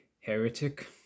Heretic